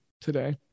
today